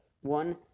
One